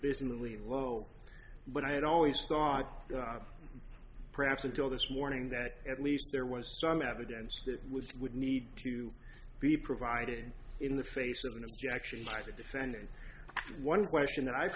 basin really low but i had always thought perhaps until this morning that at least there was some evidence that was would need to be provided in the face of an objection to the defendant one question that i